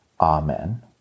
Amen